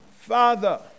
Father